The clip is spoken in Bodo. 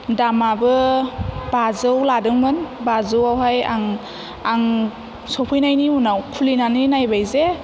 दामाबो बाजौ लादोंमोन बाजौ आवहाय आं सफैनायनि उनाव खुलिनानै नायबाय जे